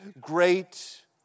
Great